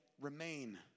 remain